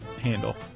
handle